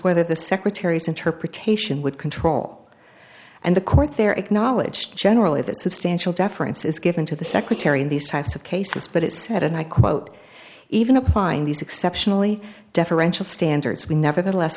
whether the secretary's interpretation would control and the court there acknowledged generally that substantial deference is given to the secretary in these types of cases but it said and i quote even applying these exceptionally deferential standards we nevertheless